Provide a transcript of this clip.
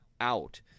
out